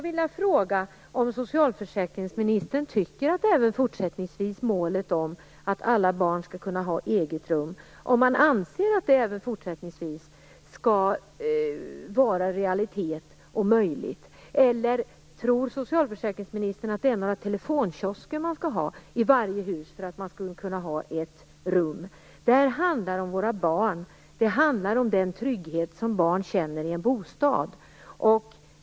Eller tror socialförsäkringsministern att man skall ha några telefonkiosker i varje hus för att barnen skall kunna ha ett eget rum? Det här handlar om våra barn. Det handlar om den trygghet som barn känner i en bostad.